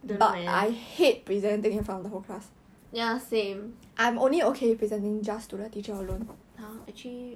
don't know man ya same !huh! actually